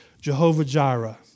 Jehovah-Jireh